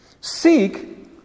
Seek